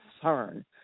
concern